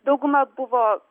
dauguma buvo